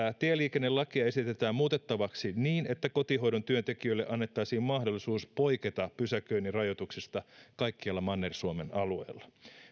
tieliikennelakia esitetään muutettavaksi niin että kotihoidon työntekijöille annettaisiin mahdollisuus poiketa pysäköinnin rajoituksesta kaikkialla manner suomen alueella